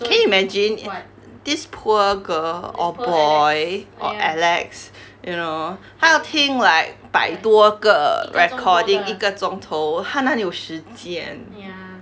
can you imagine i~ this poor girl or boy or alex you know 他要听 like 百多个 recording 一个钟头他哪里有时间